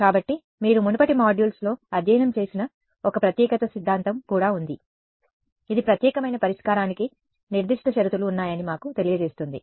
కాబట్టి మీరు మునుపటి మాడ్యూల్స్లో అధ్యయనం చేసిన ఒక ప్రత్యేకత సిద్ధాంతం కూడా ఉంది ఇది ప్రత్యేకమైన పరిష్కారానికి నిర్దిష్ట షరతులు ఉన్నాయని మాకు తెలియజేస్తుంది